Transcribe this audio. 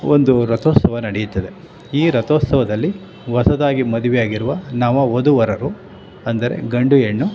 ಒಂದು ರಥೋತ್ಸವ ನಡಿಯುತ್ತದೆ ಈ ರಥೋತ್ಸವದಲ್ಲಿ ಹೊಸದಾಗಿ ಮದುವೆ ಆಗಿರುವ ನವ ವಧು ವರರು ಅಂದರೆ ಗಂಡು ಹೆಣ್ಣು